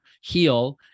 heal